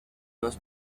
los